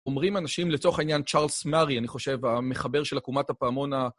אומרים אנשים לצורך העניין צ'רלס מארי, אני חושב, המחבר של עקומת הפעמון ה...